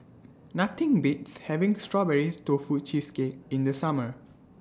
Nothing Beats having Strawberry Tofu Cheesecake in The Summer